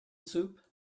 soup